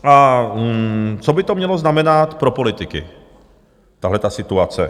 A co by to mělo znamenat pro politiky, tahle situace?